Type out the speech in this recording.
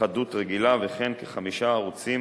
חדות רגילה וכן כחמישה ערוצים